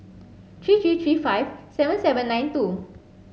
three three three five seven seven nine two